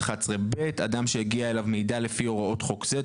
11ב. אדם שהגיע אליו מידע לפי הוראות חוק זה,